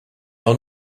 are